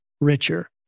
richer